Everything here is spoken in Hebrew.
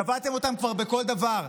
כבר צבעתם אותם בכל דבר.